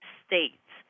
states